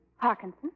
Parkinson